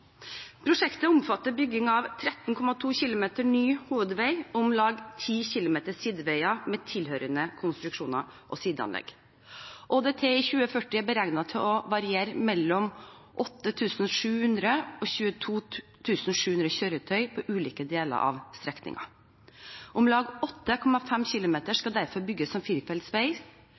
prosjektet. Prosjektet omfatter bygging av 13,2 km ny hovedvei og om lag 10 km nye sideveier med tilhørende konstruksjoner og sideanlegg. ÅDT i 2040 er beregnet til å variere mellom 8 700 og 22 700 kjøretøy på ulike deler av strekningen. Om lag 8,5 km